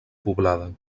poblada